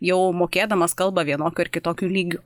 jau mokėdamas kalbą vienokiu ar kitokiu lygiu